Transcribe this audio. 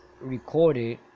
recorded